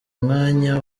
umwanya